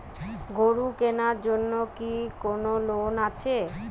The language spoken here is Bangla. গরু কেনার জন্য কি কোন লোন আছে?